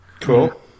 cool